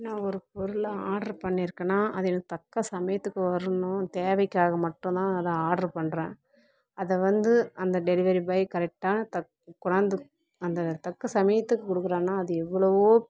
நான் ஒரு பொருளை ஆர்ட்ரு பண்ணியிருக்கனா அது எனக்கு தக்க சமயத்துக்கு வரணும் தேவைக்காக மட்டும் தான் அதை ஆர்ட்ரு பண்ணுறேன் அதை வந்து அந்த டெலிவெரி பாய் கரெக்ட்டாக தக் கொணாந்து அந்த தக்க சமயத்துக்கு கொடுக்குறானா அது எவ்வளோவோ